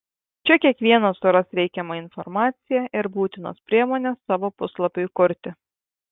čia kiekvienas suras reikiamą informaciją ir būtinas priemones savo puslapiui kurti